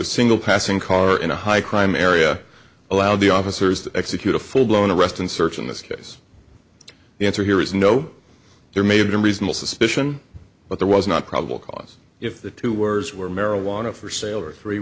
a single passing car in a high crime area allowed the officers to execute a full blown arrest and search in this case the answer here is no there may have been reasonable suspicion but there was not probable cause if the two words were marijuana for sale or three